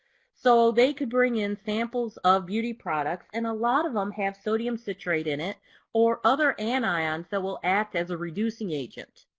so they could bring in samples of beauty products and a lot of them have sodium citrate in it or other and anions and that will act as a reducing agent.